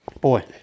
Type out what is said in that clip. Boy